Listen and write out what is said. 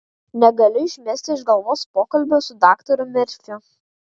negaliu išmesti iš galvos pokalbio su daktaru merfiu